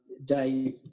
Dave